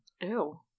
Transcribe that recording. Ew